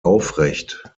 aufrecht